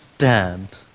dan!